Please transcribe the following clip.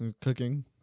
Cooking